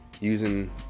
using